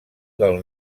del